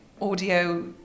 audio